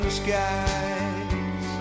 skies